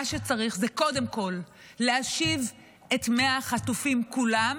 מה שצריך זה קודם כול להשיב את 100 החטופים כולם,